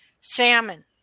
salmon